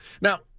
Now